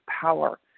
power